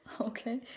okay